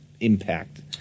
impact